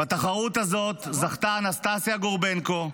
בתחרות הזאת זכתה אנסטסיה גורבנקו,